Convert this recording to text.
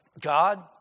God